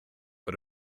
but